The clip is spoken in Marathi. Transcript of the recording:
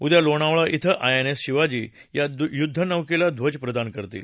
उद्या लोणावळा धिं आयएनएस शिवाजी या युद्धनौकेला ध्वज प्रदान करतील